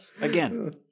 Again